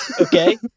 okay